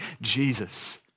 Jesus